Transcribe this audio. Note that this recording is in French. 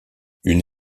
une